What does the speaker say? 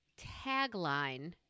tagline